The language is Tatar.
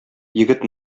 егет